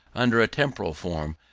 under a temporal form,